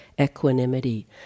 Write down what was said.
equanimity